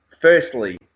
firstly